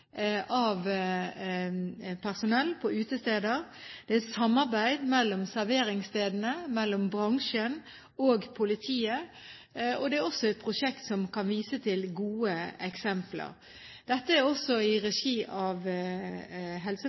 av personalet på utesteder. Det er et samarbeid mellom serveringsstedene, mellom bransjen og politiet, og det er også et prosjekt som kan vise til gode eksempler. Dette er også i regi av